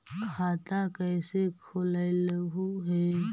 खाता कैसे खोलैलहू हे?